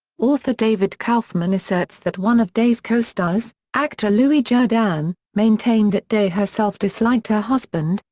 author david kaufman asserts that one of day's costars, actor louis jourdan, maintained that day herself disliked her husband,